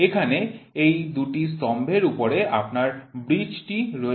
এখান এই দুটি স্তম্ভের উপরে আপনার ব্রিজটি রয়েছে